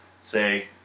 say